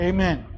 Amen